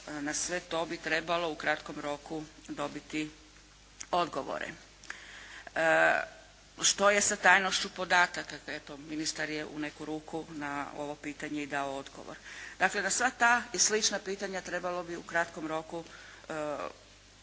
na sve to bi trebalo u kratko roku dobiti odgovore. Što je sa tajnošću podataka, pa eto ministar je u neku ruku na ovo pitanje i dao odgovor. dakle, na sva ta i slična pitanja trebalo bi u kratkom roku izvijestiti